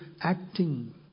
acting